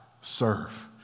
serve